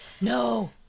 No